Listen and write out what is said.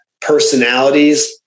personalities